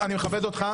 איתן, תודה.